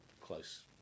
close